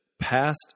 past